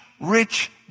Rich